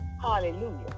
hallelujah